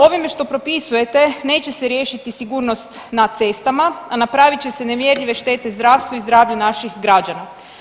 Ovime što propisujete neće se riješiti sigurnost na cestama, a napravit će se nemjerljive štete zdravstvu i zdravlju naših građana.